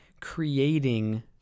creating